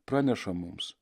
praneša mums